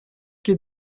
quai